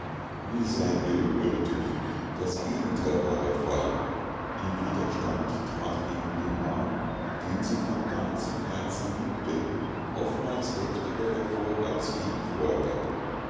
wie seid ihr im irrtum das gegenteil war der fall ihr widerstand trat gegen den mann den sie von ganzem herzen liebte oftmals heftiger hervor als je vorher